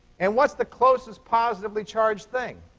and what's the closest positively-charged thing?